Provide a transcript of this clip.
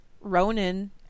Ronan